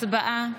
הצבעה.